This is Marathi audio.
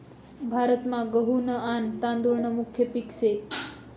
भारतमा गहू न आन तादुळ न मुख्य पिक से